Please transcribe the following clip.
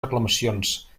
reclamacions